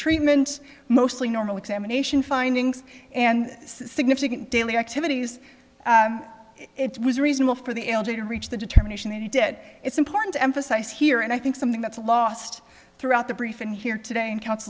treatment mostly normal examination findings and significant daily activities it was reasonable for the l g to reach the determination they did it's important to emphasize here and i think something that's lost throughout the briefing here today in coun